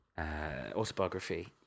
autobiography